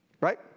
right